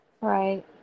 Right